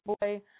boy